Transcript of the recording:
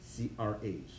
CRH